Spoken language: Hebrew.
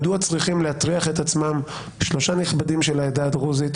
מדוע צריכים להטריח את עצמם שלושה נכבדים של העדה הדרוזית,